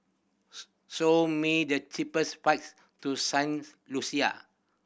show me the cheapest flights to Saint Lucia